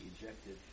ejected